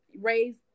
raise